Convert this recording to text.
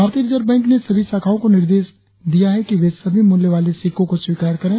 भारतीय reserve bank ने सभी शाखाओं को निर्देश दे कि वे सभी मूल्य वाले सिक्कों को स्वीकार करें